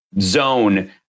zone